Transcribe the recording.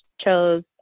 chose